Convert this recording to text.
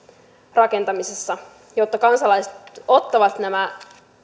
rakentamisessa jotta kansalaiset ottavat nämä